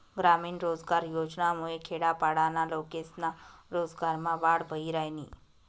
ग्रामीण रोजगार योजनामुये खेडापाडाना लोकेस्ना रोजगारमा वाढ व्हयी रायनी